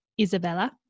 Isabella